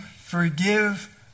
forgive